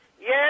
Yes